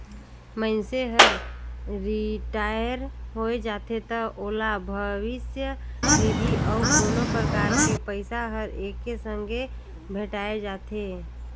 मइनसे हर रिटायर होय जाथे त ओला भविस्य निधि अउ कोनो परकार के पइसा हर एके संघे भेंठाय जाथे